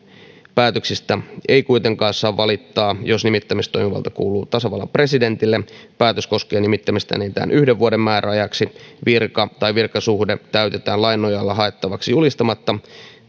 päätöksestä ei kuitenkaan saa valittaa jos nimittämistoimivalta kuuluu tasavallan presidentille päätös koskee nimittämistä enintään yhden vuoden määräajaksi virka tai virkasuhde täytetään lain nojalla haettavaksi julistamatta